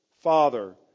Father